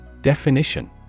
Definition